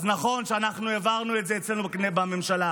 אז נכון שאנחנו העברנו את זה אצלנו בממשלה,